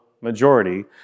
majority